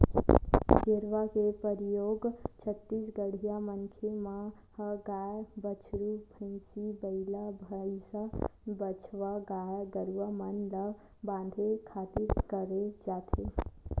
गेरवा के परियोग छत्तीसगढ़िया मनखे मन ह गाय, बछरू, भंइसी, बइला, भइसा, बछवा गाय गरुवा मन ल बांधे खातिर करे जाथे